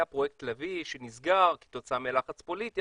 היה פרויקט לביא שנסגר כתוצאה מלחץ פוליטי,